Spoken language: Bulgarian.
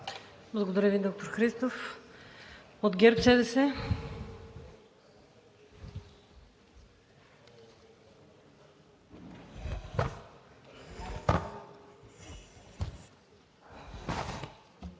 Благодаря Ви, доктор Христов. От ГЕРБ-СДС?